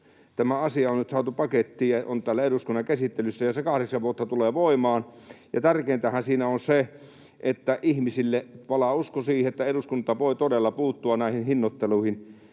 tämä asia on nyt saatu pakettiin ja on täällä eduskunnan käsittelyssä, ja se kahdeksan vuotta tulee voimaan, ja tärkeintähän siinä on se, että ihmisille palaa usko siihen, että eduskunta voi todella puuttua näihin hinnoitteluihin.